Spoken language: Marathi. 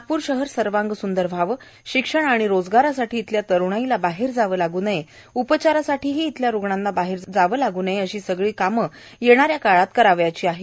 नागपूर हे शहर सर्वांगसंदर व्हावं शिक्षण आणि रोजगारासाठी इथल्या तरूणाईला बाहेर जावं लाग् नये उपचारासाठी इथल्या रूग्णांना बाहेर जावं लाग् नये अशी सगळी कामं येणा या काळात करायची आहेत